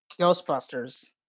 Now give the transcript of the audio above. ghostbusters